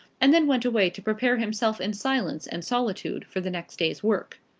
and then went away to prepare himself in silence and solitude for the next day's work.